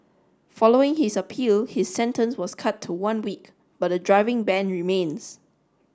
following his appeal his sentence was cut to one week but the driving ban remains